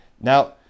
now